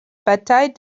bataille